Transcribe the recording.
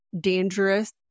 dangerous